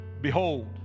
Behold